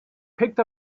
picked